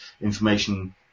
information